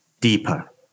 deeper